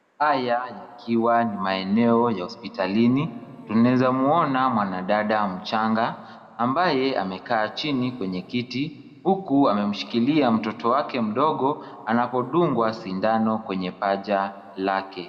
Haya yakiwa ni maeneo ya hospitalini tunaeza mwona mwanadada mchanga ambaye amekaa chini kwenye kiti huku amemshikilia mtoto wake mdogo anapodungwa sindano kwenye paja lake.